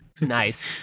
nice